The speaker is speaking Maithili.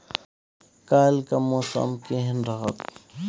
काल के मौसम केहन रहत?